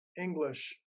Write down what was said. English